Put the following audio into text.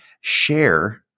share